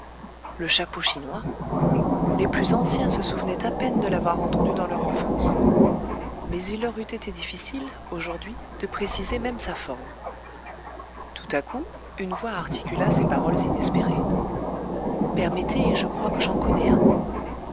le chapeau chinois les plus anciens se souvenaient à peine de l'avoir entendu dans leur enfance mais il leur eût été difficile aujourd'hui de préciser même sa forme tout à coup une voix articula ces paroles inespérées permettez je crois que j'en connais un